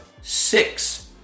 six